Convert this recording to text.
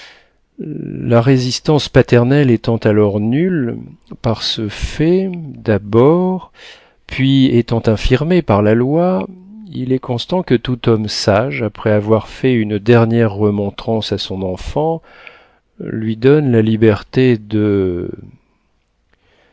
la résistance paternelle étant alors nulle par ce fait dabord puis étant infirmée par la loi il est constant que tout homme sage après avoir fait une dernière remontrance à son enfant lui donne la liberté de